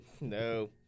No